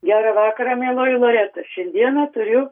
gerą vakarą mieloji loreta šiandieną turiu